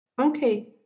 Okay